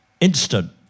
Instant